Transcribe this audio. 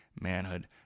manhood